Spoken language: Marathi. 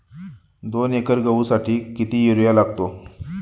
दोन एकर गहूसाठी किती युरिया लागतो?